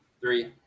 Three